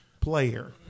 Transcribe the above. player